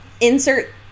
Insert